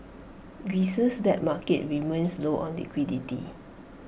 Greece's debt market remains low on liquidity